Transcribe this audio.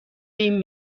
این